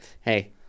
Hey